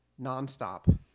Nonstop